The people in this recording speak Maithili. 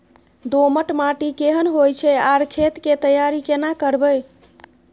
दोमट माटी केहन होय छै आर खेत के तैयारी केना करबै?